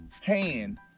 hand